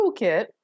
toolkit